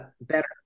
better